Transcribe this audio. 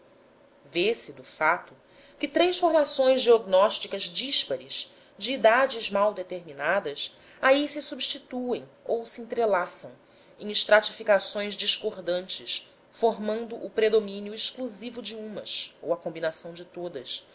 francisco vê-se de fato que três formações geognósticas díspares de idades mal determinadas aí se substituem ou se entrelaçam em estratificações discordantes formando o predomínio exclusivo de umas ou a combinação de todas